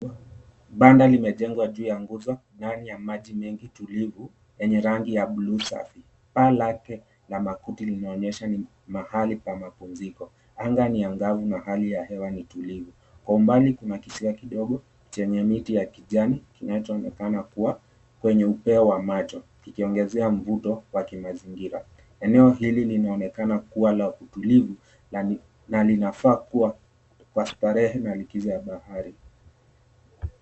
Banda limejengwa juu ya nguza ndani ya maji mengi tulivu yenye rangi ya buluu na paa lake la makuti linaonyesha kuwa ni pahali pa mapumziko, anga ni angavuna hali ya hewa ni tulivu, kwa umbali kuna kisiwa kidogo chenye miti ya kijani kinachoonekana kwenye upeo wa macho ikiongeza mvuto wa kimazingira, eneo hili linaonekana kuwa la utulivu na linafaa kuwa kwa starehe ya likizo ya bahari.